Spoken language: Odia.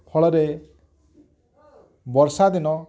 ଫଳରେ ବର୍ଷା ଦିନ